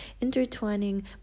intertwining